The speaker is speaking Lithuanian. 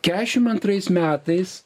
kešim antrais metais